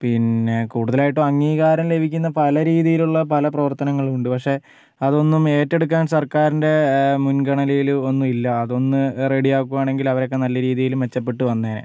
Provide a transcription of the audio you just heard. പിന്നെ കൂടുതലായിട്ടും അംഗീകാരം ലഭിക്കുന്ന പല രീതിലുള്ള പല പ്രവർത്തനങ്ങളുണ്ട് പക്ഷേ അതൊന്നും ഏറ്റെടുക്കാൻ സർക്കരിന്റെ മുൻഗണനയിൽ ഒന്നും ഇല്ല അതൊന്ന് റെഡി ആക്കുവാണെങ്കിൽ അവരൊക്കെ നല്ല രീതിയിൽ മെച്ചപ്പെട്ട് വന്നേനെ